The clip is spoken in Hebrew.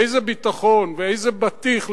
איזה ביטחון ואיזה בטיח?